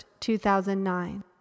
2009